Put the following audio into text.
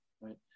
right